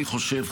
אני חושב,